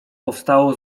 powstało